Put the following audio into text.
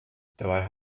dabei